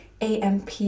AMP